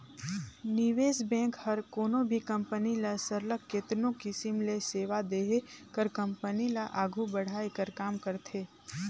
निवेस बेंक हर कोनो भी कंपनी ल सरलग केतनो किसिम ले सेवा देहे कर कंपनी ल आघु बढ़ाए कर काम करथे